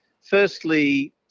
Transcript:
Firstly